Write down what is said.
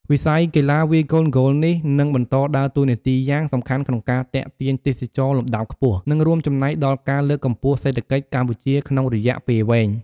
វិស័យកីឡាវាយកូនហ្គោលនេះនឹងបន្តដើរតួនាទីយ៉ាងសំខាន់ក្នុងការទាក់ទាញទេសចរណ៍លំដាប់ខ្ពស់ និងរួមចំណែកដល់ការលើកកម្ពស់សេដ្ឋកិច្ចកម្ពុជាក្នុងរយៈពេលវែង។